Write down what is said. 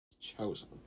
Chosen